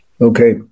Okay